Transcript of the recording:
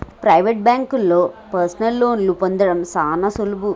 private బాంకుల్లో personal లోన్లు పొందడం సాన సులువు